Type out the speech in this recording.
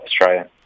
Australia